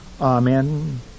Amen